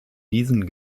diesen